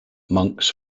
monks